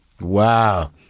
wow